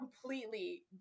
completely